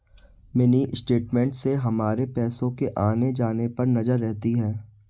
mini statement से हमारे पैसो के आने जाने पर नजर रहती है